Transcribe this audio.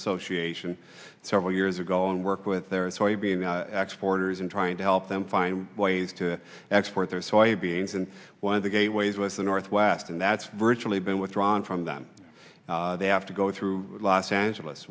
association several years ago and worked with their foreigners in trying to help them find ways to export their so i beams and one of the gateways with the northwest and that's virtually been withdrawn from them they have to go through los angeles